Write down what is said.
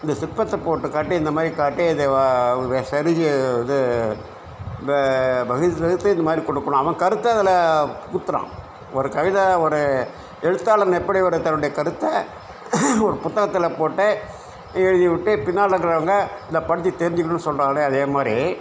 இந்த சிற்பத்தை போட்டு காட்டி இந்த மாதிரி காட்டி இதை சரி இது இந்த மாதிரி கொடுக்கணும் அவன் கருத்தை அதில் குத்துகிறான் ஒரு கவிதை ஒரு எழுத்தாளன் எப்படி ஒரு தன்னுடைய கருத்தை ஒரு புத்தகத்தில் போட்டு எழுதி விட்டு பின்னால் இருக்கிறவங்க இதை படிச்சு தெரிஞ்சுக்கணும்ன்னு சொல்கிறானே அதே மாதிரி